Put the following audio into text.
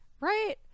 Right